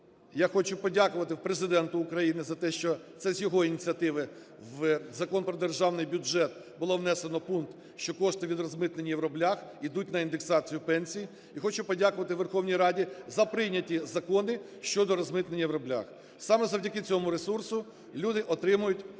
Я хочу подякувати Президенту України за те, що це з його ініціативи в Закон про Державний бюджет було внесено пункт, що кошти від розмитнення "євроблях" ідуть на індексацію пенсій. І хочу подякувати Верховній Раді за прийняті закони щодо розмитнення "євроблях". Саме завдяки цьому ресурсу люди отримують ці